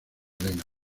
elena